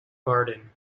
garden